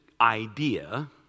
idea